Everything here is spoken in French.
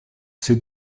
c’est